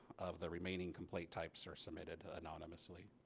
of the remaining complaint types are submitted anonymously.